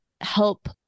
help